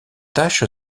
tâche